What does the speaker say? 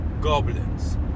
Goblins